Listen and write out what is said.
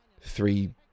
three